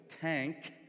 tank